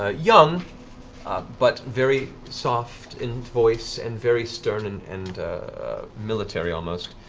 ah young ah but very soft in voice and very stern and and military almost.